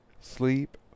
Sleep